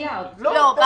לא.